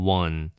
one